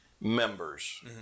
members